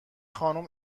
خانم